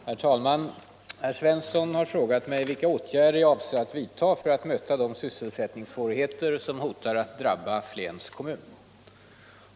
Herr talman! Herr Svensson i Eskilstuna har frågat mig vilka åtgärder jag avser att vidta för att möta de sysselsättningssvårigheter som hotar att drabba Flens kommun.